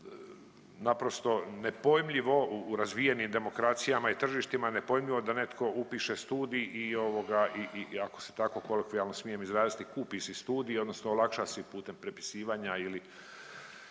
naprosto nepojmljivo u razvijenim demokracijama i tržištima nepojmljivo da neko upiše studij i ovoga i ako se tako kolokvijalno smijem izraditi kupi si studij odnosno olakša si putem prepisivanja ili,